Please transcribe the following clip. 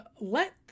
Let